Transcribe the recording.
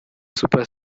super